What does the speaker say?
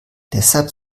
deshalb